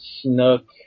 snook